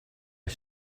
was